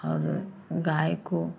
और गाय को